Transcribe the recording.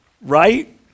right